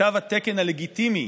מתו התקן הלגיטימי